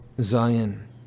Zion